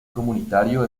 comunitario